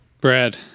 Brad